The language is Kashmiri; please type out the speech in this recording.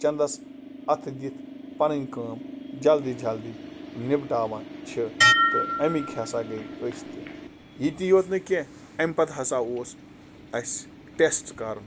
چنٛدَس اَتھٕ دِتھ پَنٕنۍ کٲم جَلدی جَلدی نِپٹاوان چھِ تہٕ امِکۍ ہسا گٔے أسۍ تہِ ییٚتی یوت نہٕ کیٚنٛہہ امۍ پَتہٕ ہسا اوس اَسہِ ٹٮ۪سٹ کَرُن